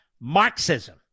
Marxism